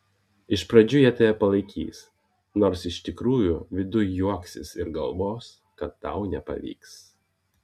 iš pradžių jie tave palaikys nors iš tikrųjų viduj juoksis ir galvos kad tau nepavyks